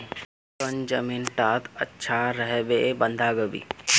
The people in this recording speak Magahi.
कौन जमीन टत अच्छा रोहबे बंधाकोबी?